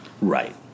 Right